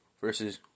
versus